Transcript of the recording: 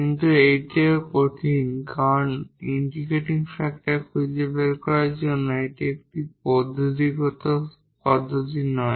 কিন্তু এটিও কঠিন কারণ ইন্টিগ্রেটিং ফ্যাক্টর খুঁজে বের করার জন্য এটি একটি পদ্ধতিগত পদ্ধতি নয়